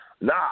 nah